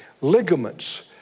ligaments